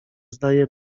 zdaje